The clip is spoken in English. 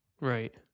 Right